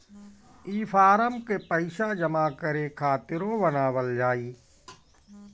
ई फारम के पइसा जमा करे खातिरो बनावल जाए